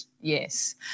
Yes